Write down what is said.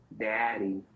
Daddy